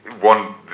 One